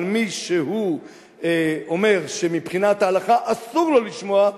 מי שאומר שמבחינת ההלכה אסור לו לשמוע,